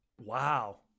Wow